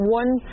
one